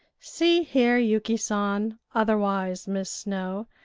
see here, yuki san, otherwise miss snow,